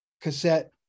cassette